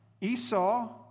Esau